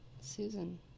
Susan